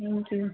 thank you